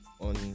on